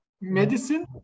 Medicine